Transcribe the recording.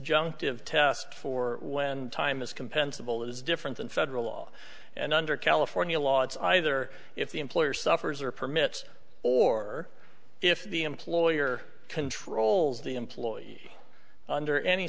e test for when time is compensable is different than federal law and under california law it's either if the employer suffers or permits or if the employer controls the employee under any